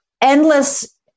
endless